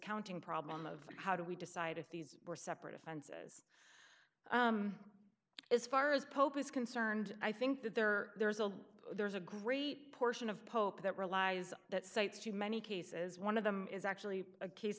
counting problem of how do we decide if these were separate offenses as far as pope is concerned i think that there are there's a there's a great portion of pope that relies that cites to many cases one of them is actually a case